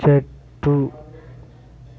చెట్టు